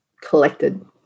collected